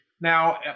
Now